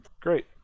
Great